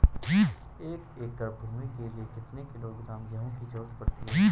एक एकड़ भूमि के लिए कितने किलोग्राम गेहूँ की जरूरत पड़ती है?